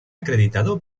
acreditado